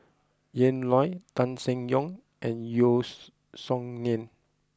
Ian Loy Tan Seng Yong and Yeo Song Nian